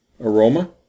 Aroma